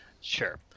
Sure